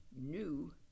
new